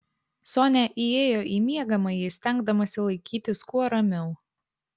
sonia įėjo į miegamąjį stengdamasi laikytis kuo ramiau